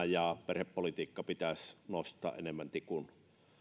ja perhepolitiikka pitäisi nostaa enemmän tikun